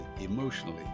emotionally